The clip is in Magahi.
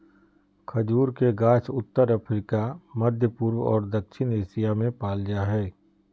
खजूर के गाछ उत्तर अफ्रिका, मध्यपूर्व और दक्षिण एशिया में पाल जा हइ